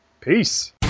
peace